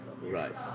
Right